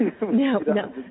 no